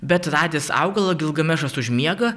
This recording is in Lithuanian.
bet radęs augalą gilgamešas užmiega